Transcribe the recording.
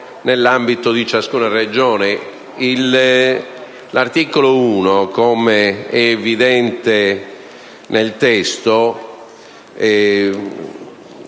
nell’ambito di ciascuna Regione. L’articolo 1, come e evidente nel testo,